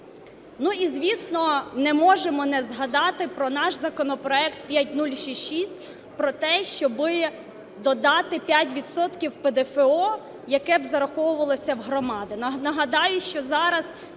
І, звісно, не можемо не згадати про наш законопроект 5066, про те, щоб додати 5 відсотків ПДФО, яке б зараховувалося в громади.